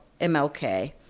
MLK